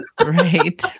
Right